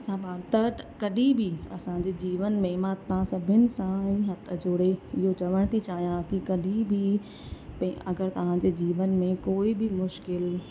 असमानता त कॾहिं बि असांजे जीवन में मां तां सभिनि सां ईअं ई हथु जोड़े इहो चवणु थी चाहियां कि कॾहिं बि पे अगरि तव्हां जे जीवन में कोई बि मुश्किल